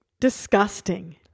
Disgusting